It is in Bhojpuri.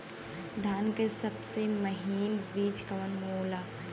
धान के सबसे महीन बिज कवन होला?